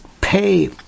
Pay